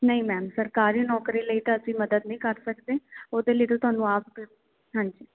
ਨਹੀਂ ਮੈਮ ਸਰਕਾਰੀ ਨੌਕਰੀ ਲਈ ਤਾਂ ਅਸੀਂ ਮਦਦ ਨਹੀਂ ਕਰ ਸਕਦੇ ਉਹਦੇ ਲਈ ਤਾਂ ਤੁਹਾਨੂੰ ਆਪ ਹਾਂਜੀ